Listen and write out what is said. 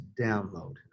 download